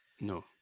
No